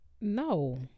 No